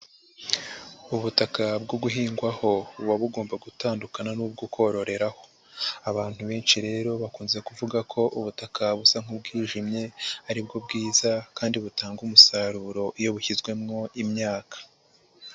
Ubutaka bwo guhingwaho buba bugomba gutandukana n'ubwo kororeraho, abantu benshi rero bakunze kuvuga ko ubutaka busa nkubwijimye aribwo bwiza kandi butanga umusaruro iyo bushyizwemowo imyaka.